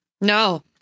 No